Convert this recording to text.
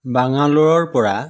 বাংগালোৰৰপৰা